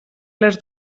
les